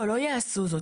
לא, לא יעשו זאת.